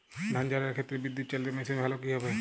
ধান ঝারার ক্ষেত্রে বিদুৎচালীত মেশিন ভালো কি হবে?